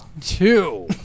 Two